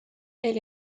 elle